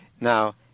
Now